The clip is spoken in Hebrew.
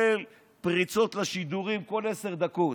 כולל פריצות לשידורים כל עשר דקות,